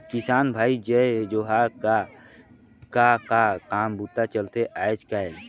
किसान भाई जय जोहार गा, का का काम बूता चलथे आयज़ कायल?